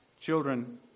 Children